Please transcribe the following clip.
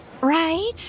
Right